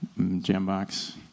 jambox